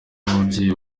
n’ababyeyi